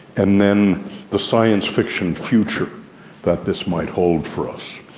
and then the science-fiction future that this might hold for us.